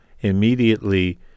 immediately